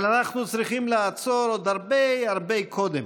אבל אנחנו צריכים לעצור עוד הרבה, הרבה, קודם.